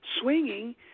swinging